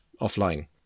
offline